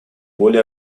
более